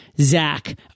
Zach